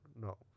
no